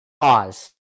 Pause